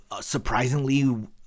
surprisingly